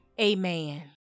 amen